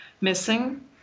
missing